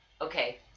Okay